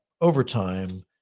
overtime